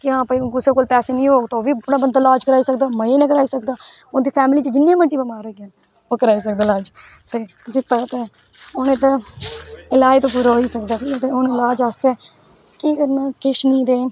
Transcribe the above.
के हां भाई कुसै कोल पैसे नी होग तां ओह् बी अपनां बंदा इलाज़ कराई सकदा मज़े नै कराई सकदा उंदी फैमली च जिन्ने मर्जी बमार होंगन ओह् कराई सकदे इलाज़ तुसे पता गै एह्दा इलाज़ ते पूरा होई सकदा हून इलाज़ आस्तै केह् करना किश नी रेहा